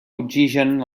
oxigen